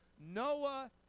Noah